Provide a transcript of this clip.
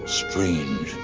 strange